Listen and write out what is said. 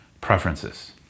preferences